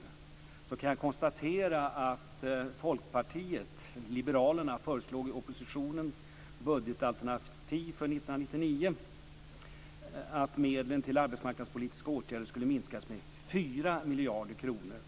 Jag kan konstatera att Folkpartiet liberalerna föreslog i oppositionens budgetalternativ för 1999 att medlen till arbetsmarknadspolitiska åtgärder skulle minskas med 4 miljarder kronor.